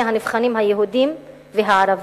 המבחנים בין הנבחנים היהודים לערבים.